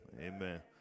Amen